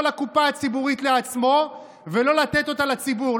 הקופה הציבורית לעצמו ולא לתת אותה לציבור,